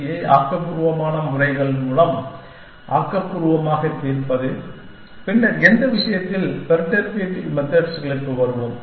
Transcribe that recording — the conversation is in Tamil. பியை ஆக்கபூர்வமான முறைகள் மூலம் ஆக்கபூர்வமாக தீர்ப்பது பின்னர் எந்த விஷயத்தில் பெர்டர்பேட்டிவ் மெத்தெட்ஸ் களுக்கு வருவோம்